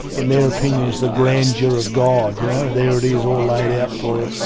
in their opinion, is the grandeur of god, you know, there it is, all laid out for